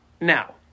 Now